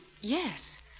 Yes